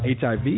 HIV